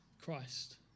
Christ